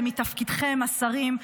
זה מתפקידכם השרים,